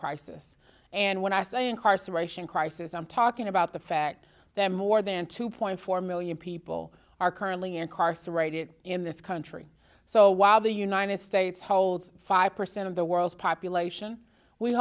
crisis and when i say incarceration crisis i'm talking about the fact that more than two point four million people are currently incarcerated in this country so while the united states holds five percent of the world's population we